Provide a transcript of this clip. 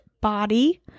Body